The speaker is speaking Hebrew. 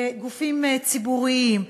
בגופים ציבוריים,